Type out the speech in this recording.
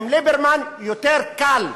עם ליברמן יותר קל,